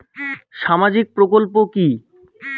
সামাজিক প্রকল্প কি?